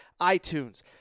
iTunes